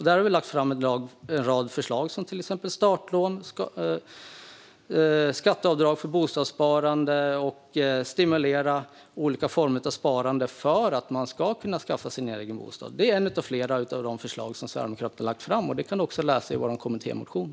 Där har vi lagt fram en rad förslag, till exempel startlån, skatteavdrag för bostadssparande och stimulans för olika former av sparande för att man ska kunna skaffa sig en egen bostad. Detta är några av de förslag som vi sverigedemokrater har lagt fram. Dem kan du också läsa om i vår kommittémotion.